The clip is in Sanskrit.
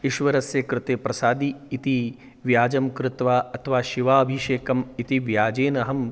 ईश्वरस्य कृते प्रसादि इति व्याजं कृत्वा अथवा शिवाभिषेकम् इति व्याजेन अहं